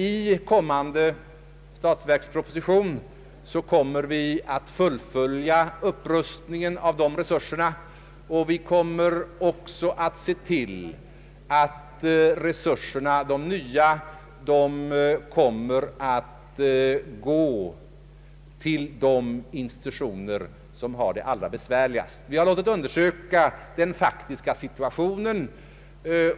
I kommande statsverksproposition skall vi fullfölja upprustningen av resurserna och se till att de nya resurserna går till de institutioner som har det allra mest besvärligt. Vi har låtit undersöka den faktiska situationen,